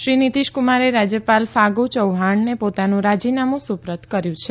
શ્રી નિતિશકુમારે રાજ્યપાલ ફાગુ ચૌહાણને પોતાનું રાજીનામું સુપ્રત કર્યું છે